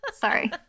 Sorry